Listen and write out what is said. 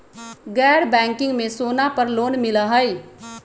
गैर बैंकिंग में सोना पर लोन मिलहई?